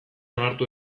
onartu